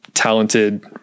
talented